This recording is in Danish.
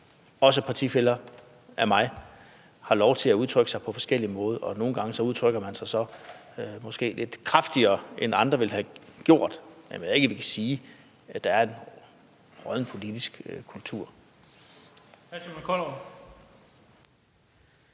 mine partifæller, har lov at udtrykke sig på forskellig måde. Nogle gange udtrykker man sig måske så lidt kraftigere, end andre ville have gjort, men jeg mener ikke, man kan sige, at der er en rådden politisk kultur.